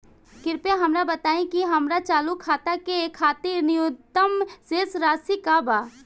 कृपया हमरा बताइ कि हमार चालू खाता के खातिर न्यूनतम शेष राशि का बा